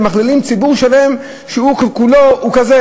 ומכלילים ציבור שלם שכולו הוא כזה: